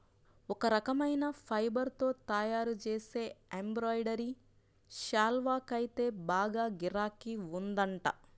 ఒక రకమైన ఫైబర్ తో తయ్యారుజేసే ఎంబ్రాయిడరీ శాల్వాకైతే బాగా గిరాకీ ఉందంట